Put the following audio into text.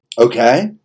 Okay